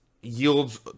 Yields